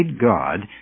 God